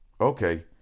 Okay